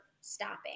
stopping